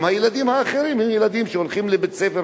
גם הילדים האחרים הם ילדים שהולכים לבית-הספר,